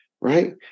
right